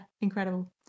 Incredible